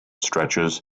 stretches